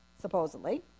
supposedly